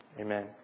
Amen